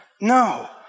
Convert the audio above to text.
No